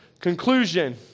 conclusion